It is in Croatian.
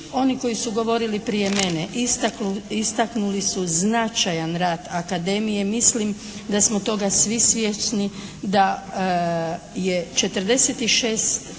oni koji su govorili prije mene istaknuli su značajan rad akademije. Mislim da smo toga svi svjesni da je 46